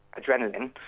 adrenaline